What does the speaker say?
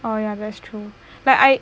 oh ya that's true but I